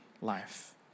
life